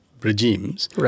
regimes